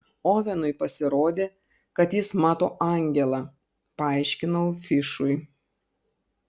ovenui pasirodė kad jis mato angelą paaiškinau fišui